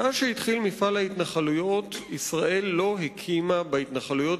מאז התחיל מפעל ההתנחלויות ישראל לא הקימה בהתנחלויות